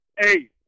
hey